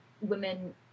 women